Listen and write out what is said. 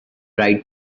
right